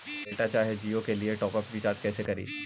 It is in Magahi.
एयरटेल चाहे जियो के लिए टॉप अप रिचार्ज़ कैसे करी?